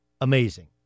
amazing